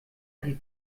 die